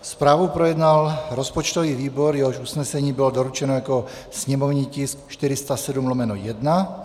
Zprávu projednal rozpočtový výbor, jehož usnesení bylo doručeno jako sněmovní tisk 407/1.